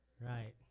Right